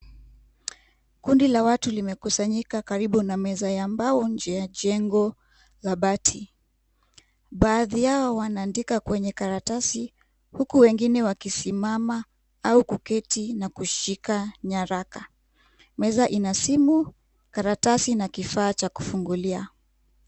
Kundi la watu limekusanyika karibu na meza mbao nje ya jengo la bati, baadhi yao wanaandika kwenye karatsi huku wengine wakisimama au kuketi na kushika nyaraka. Meza ina simu karatsi, na kifaa cha kufungulia.